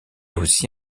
aussi